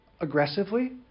aggressively